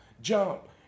jump